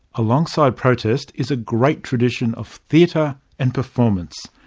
alongside protest is a great tradition of theatre and performance.